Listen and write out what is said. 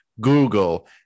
Google